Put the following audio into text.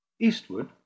Eastward